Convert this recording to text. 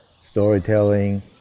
storytelling